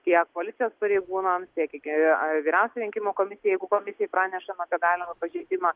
tiek policijos pareigūnams tiek vyriausiajai rinkimų komisijai jeigu komisijai pranešama apie galimą pažeidimą